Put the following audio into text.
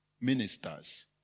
ministers